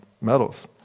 metals